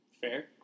Fair